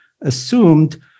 assumed